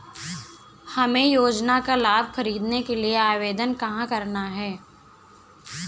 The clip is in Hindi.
हमें योजना का लाभ ख़रीदने के लिए आवेदन कहाँ करना है?